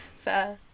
Fair